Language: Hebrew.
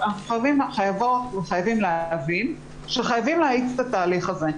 אנחנו חייבות להבין שחייבים להאיץ את התהליך הזה.